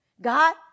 God